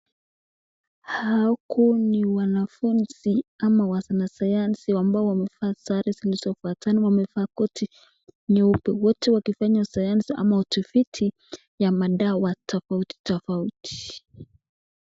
Hawa huku ni wanafunzi ama wanasayansi ambao wamevaa sare zilizofuatana. Wamevaa koti nyeupe, wote wakifanya sayansi ama utafiti ya madawa tafauti tafauti.